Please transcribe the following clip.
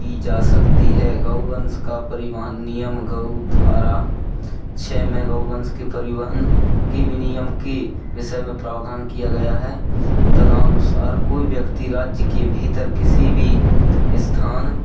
की जा सकती है गौ वंस का परिवाहन नियम गऊ धारा छे में गऊ वंस के परिवहन के विनियम के विसय में प्रावधान किया गया है तदनुसार कोई व्यक्ति राज्य के भीतर किसी भी स्थान